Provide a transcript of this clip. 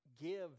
give